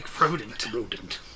rodent